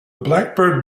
blackbird